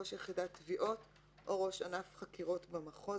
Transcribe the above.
ראש יחידת תביעות או ראש ענף חקירות במחוז,